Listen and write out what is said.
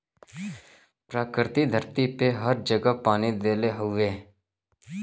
प्रकृति धरती पे हर जगह पानी देले हउवे